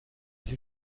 sie